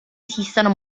esistano